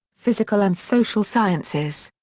physical and social sciences.